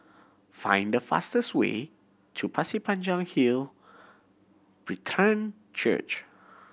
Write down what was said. find the fastest way to Pasir Panjang Hill Brethren Church